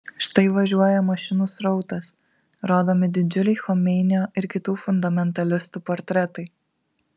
štai važiuoja mašinų srautas rodomi didžiuliai chomeinio ir kitų fundamentalistų portretai